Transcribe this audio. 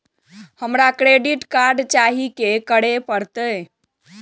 हमरा credit card चाही की करे परतै?